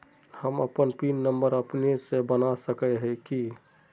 हम अपन pin number अपने से बना सके है की?